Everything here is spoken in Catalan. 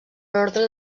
orde